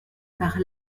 par